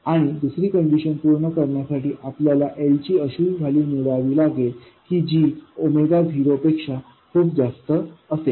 आणि दुसरी कंडीशन पूर्ण करण्यासाठी आपल्याला L ची अशी व्हॅल्यू निवडावी लागेल की जी 0L पेक्षा खूप जास्त असेल